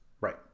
Right